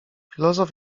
filozof